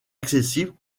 accessible